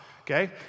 Okay